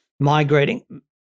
migrating